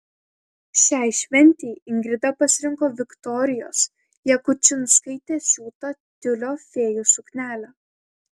šiai šventei ingrida pasirinko viktorijos jakučinskaitės siūtą tiulio fėjų suknelę